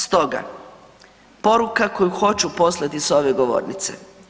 Stoga, poruka koju hoću poslati s ove govornice.